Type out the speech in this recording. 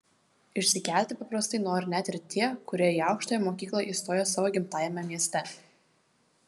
išsikelti paprastai nori net ir tie kurie į aukštąją mokyklą įstoja savo gimtajame mieste